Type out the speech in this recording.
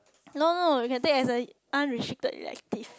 no no you can take as a non registered elective